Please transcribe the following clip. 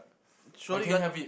surely you want